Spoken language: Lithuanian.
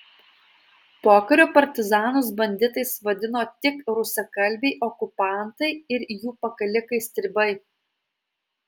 pokariu partizanus banditais vadino tik rusakalbiai okupantai ir jų pakalikai stribai